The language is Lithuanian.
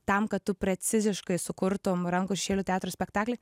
tam kad tu preciziškai sukurtum rankų šešėlių teatro spektaklį